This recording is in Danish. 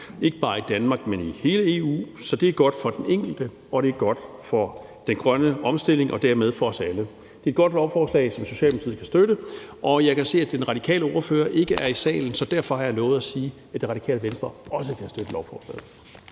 ikke bare i Danmark, men i hele EU, så det er godt for den enkelte, og det er godt for den grønne omstilling og dermed for os alle. Det er et godt lovforslag, som Socialdemokratiet kan støtte. Og jeg kan se, at den radikale ordfører ikke er i salen, så derfor har jeg lovet at sige, at Radikale Venstre også kan støtte lovforslaget.